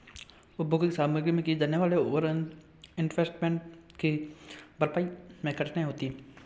उपभोग की सामग्री में किए जाने वाले ओवर इन्वेस्टमेंट की भरपाई मैं कठिनाई होती है